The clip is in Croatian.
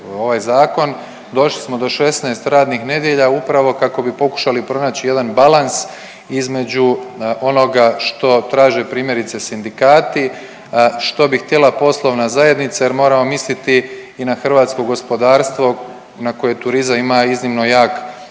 došli smo do 16 radnih nedjelja upravo kako bi pokušali pronaći jedan balans između onoga što traže primjerice sindikati, što bi htjela poslovna zajednica jer moramo misliti i na hrvatsko gospodarstvo na koje turizam ima iznimno jak učinak.